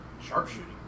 Sharpshooting